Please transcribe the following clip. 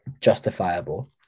justifiable